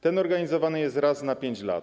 Ten organizowany jest raz na 5 lat.